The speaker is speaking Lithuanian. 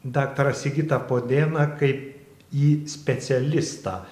daktarą sigitą podėną kaip į specialistą